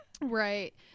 Right